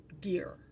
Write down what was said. gear